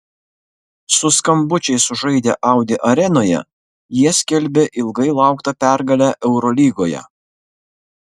su skambučiais sužaidę audi arenoje jie skelbė ilgai lauktą pergalę eurolygoje